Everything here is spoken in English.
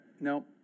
no